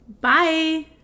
bye